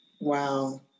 Wow